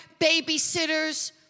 babysitters